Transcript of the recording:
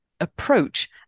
approach